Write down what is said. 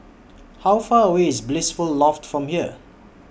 How Far away IS Blissful Loft from here